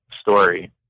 story